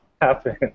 happen